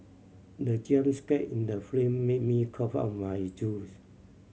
the jump scare in the film made me cough out my juice